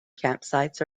campsites